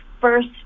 first